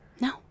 No